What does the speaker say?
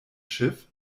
schiff